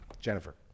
Jennifer